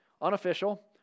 unofficial